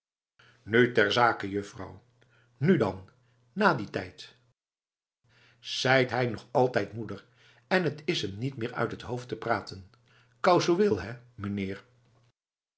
en ter zake juffrouw nu dan na dien tijd zeit hij nog altijd moeder en t is hem niet meer uit het hoofd te praten casuweel hé meneer